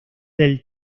del